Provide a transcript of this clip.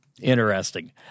Interesting